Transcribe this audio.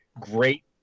great